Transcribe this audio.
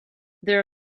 their